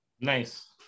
Nice